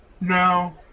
No